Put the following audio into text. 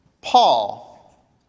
Paul